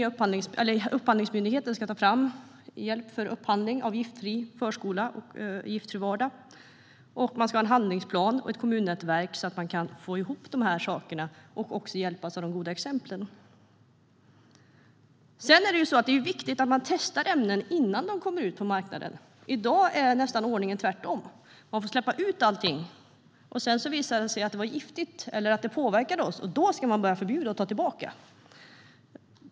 Upphandlingsmyndigheten ska ta fram hjälp för upphandling för en giftfri förskola och en giftfri vardag, och man ska ha en handlingsplan och ett kommunnätverk så att man kan få ihop detta och även hjälpas av de goda exemplen. Sedan är det ju viktigt att man testar ämnen innan de kommer ut på marknaden. I dag är ordningen nästan tvärtom. Allt får släppas ut. Sedan visar sig något vara giftigt eller påverka oss, och då ska man börja förbjuda och dra tillbaka ämnet.